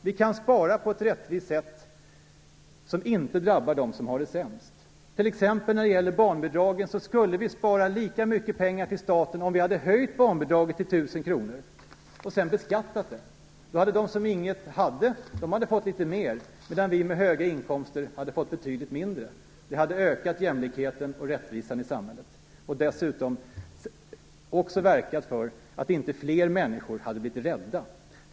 Vi kan spara på ett rättvist sätt, som inte drabbar dem som har det sämst. När det t.ex. gäller barnbidragen, skulle vi ha sparat lika mycket pengar till staten om vi hade höjt barnbidraget till 1 000 kr och sedan beskattat det. Då hade de som ingenting har fått litet mer, medan vi med höga inkomster hade fått betydligt mindre. Det hade ökat jämlikheten och rättvisan i samhället och dessutom också verkat för att inte fler människor hade blivit rädda.